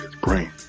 brain